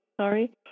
sorry